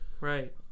right